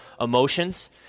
emotions